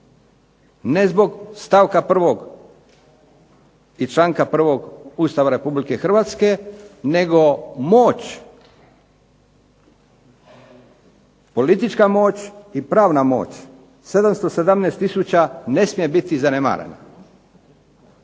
ne zbog stavka prvog i članka prvog Ustava Republike Hrvatske, nego moć, politička moć i pravna moć 717000 ne smije biti zanemarena,